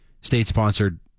state-sponsored